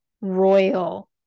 royal